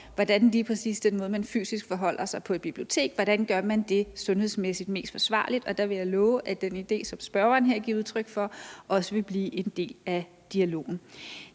til lige præcis den måde, man fysisk forholder sig til hinanden på på et bibliotek, gør det sundhedsmæssigt mest forsvarligt. Og der vil jeg love, at den idé, som spørgeren her giver udtryk for, også vil blive en del af dialogen.